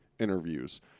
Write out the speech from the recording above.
interviews